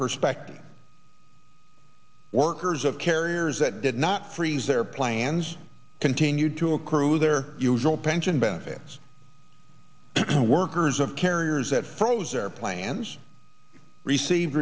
perspective workers of carriers that did not freeze their plans continue to accrue their usual pension benefits to workers of carriers that froze their plans receive